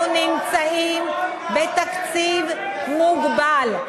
אנחנו נמצאים בתקציב מוגבל.